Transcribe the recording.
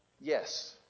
yes